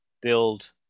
build